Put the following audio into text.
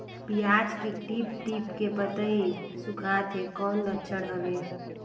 पियाज के टीप टीप के पतई सुखात हे कौन लक्षण हवे?